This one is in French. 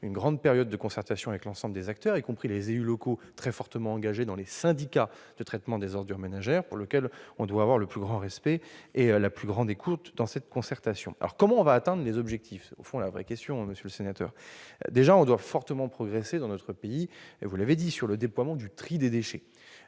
une grande période de concertation avec l'ensemble des acteurs, y compris les élus locaux très fortement engagés dans les syndicats de traitement des ordures ménagères pour lesquels nous devons avoir le plus grand respect et la plus grande écoute. Comment allons-nous atteindre les objectifs ? C'est la vraie question, monsieur le sénateur. Tout d'abord, nous devons beaucoup progresser dans notre pays, vous l'avez dit, en termes de déploiement du tri des déchets.